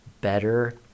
better